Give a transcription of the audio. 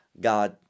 god